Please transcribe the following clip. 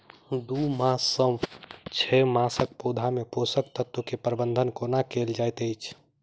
दू मास सँ छै मासक पौधा मे पोसक तत्त्व केँ प्रबंधन कोना कएल जाइत अछि?